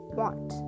want